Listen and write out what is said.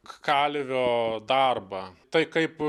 kalvio darbą tai kaip